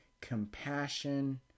compassion